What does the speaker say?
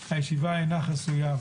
הישיבה אינה חסויה,